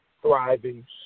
thriving